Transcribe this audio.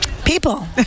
People